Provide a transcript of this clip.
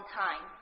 time